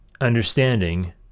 understanding